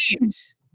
games